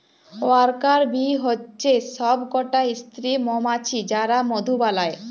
worker bee হচ্যে সব কটা স্ত্রী মমাছি যারা মধু বালায়